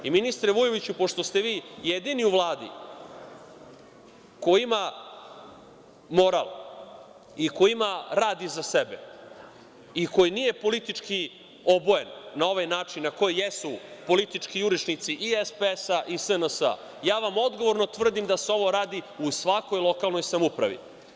Ministre Vujoviću, pošto ste vi jedini u Vladi koji ima moral i koji ima rad iza sebe i koji nije politički obojen na ovaj način na koji jesu politički jurišnici i SPS-a i SNS-a, ja vam odgovorno tvrdim da se ovo radi u svakom lokalnoj samoupravi.